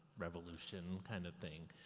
revolution kind of thing,